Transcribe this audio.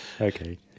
Okay